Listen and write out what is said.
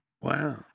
Wow